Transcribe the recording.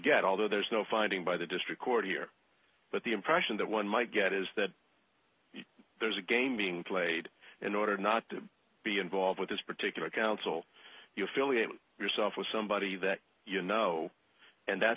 get although there's no finding by the district court here but the impression that one might get is that there's a game being played in order not to be involved with this particular counsel you affiliate yourself with somebody that you know and that